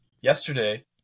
Yesterday